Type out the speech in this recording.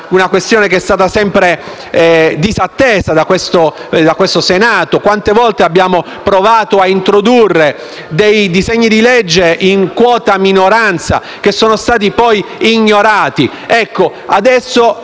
una questione che è stata sempre disattesa da questo Senato: quante volte abbiamo provato a introdurre dei disegni di legge in quota minoranza, che sono stati poi ignorati!